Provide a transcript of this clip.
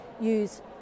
use